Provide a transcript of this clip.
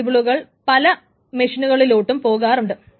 പല ടേബിളുകൾ പല മെഷീനുകളിലോട്ടും പോകാറുണ്ട്